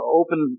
open